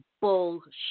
bullshit